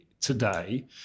today